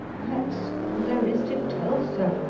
that's all there is to tell, sir,